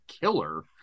killer